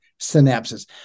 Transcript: synapses